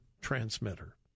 transmitter